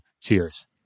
Cheers